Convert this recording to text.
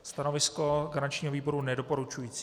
Stanovisko garančního výboru nedoporučující.